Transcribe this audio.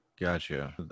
Gotcha